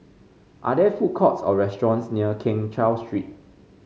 are there food courts or restaurants near Keng Cheow Street